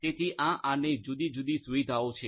તેથી આ આરની જુદી જુદી સુવિધાઓ છે